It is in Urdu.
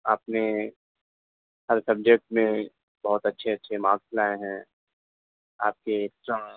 آپ نے ہر سبجیکٹ میں بہت اچھے اچھے مارکس لائے ہیں آپ کے ایکسٹرا